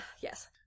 Yes